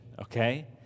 okay